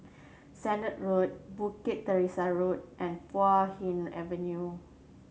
Sennett Road Bukit Teresa Road and Puay Hee Avenue